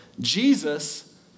Jesus